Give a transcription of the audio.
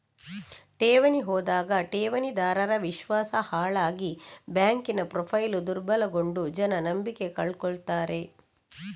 ಠೇವಣಿ ಹೋದಾಗ ಠೇವಣಿದಾರರ ವಿಶ್ವಾಸ ಹಾಳಾಗಿ ಬ್ಯಾಂಕಿನ ಪ್ರೊಫೈಲು ದುರ್ಬಲಗೊಂಡು ಜನ ನಂಬಿಕೆ ಕಳ್ಕೊತಾರೆ